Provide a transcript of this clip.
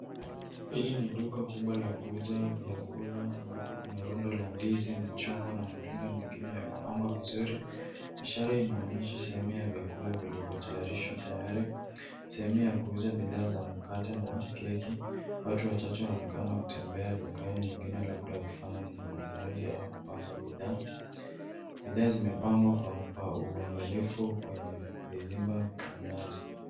Hili ni duka kubwa la kuuza vyakula ambapo kuna rundo la ndizi, machungwa na matunda mengine yaliyopangwa vizuri. Ishara inaonyesha sehemu ya vyakula ilivyotayarishwa tayari. Sehemu ya kuuza bidhaa za mkate na keki. Watu wachache wanaonekana wakitembea dukani wengine labda wakifanya manunuzi au kupanga bidhaa. Bidhaa zimepangwa kwa uangalifu kwenye vizimba na meza.